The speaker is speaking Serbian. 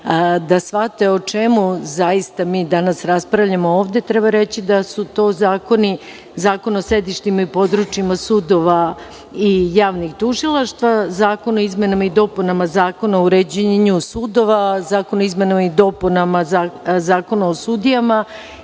da shvate o čemu zaista mi danas raspravljamo ovde, treba reći da su to zakoni: Zakon o sedištima i područjima sudova i javnih tužilaštva, Zakon o izmenama i dopunama Zakona o uređenju sudova, Zakon o izmenama i dopunama Zakona o sudijama